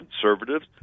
conservatives